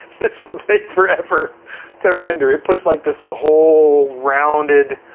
this will take forever to render. it puts like this whole rounded,